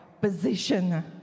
position